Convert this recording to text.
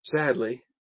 sadly